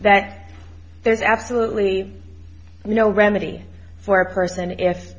that there's absolutely no remedy for a person if